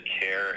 care